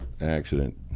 accident